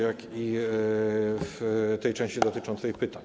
jak i w tej części dotyczącej pytań.